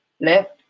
left